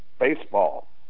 baseball